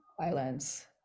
violence